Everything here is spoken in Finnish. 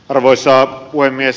arvoisa puhemies